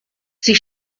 sie